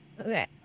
Okay